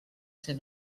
ser